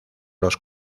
los